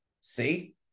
See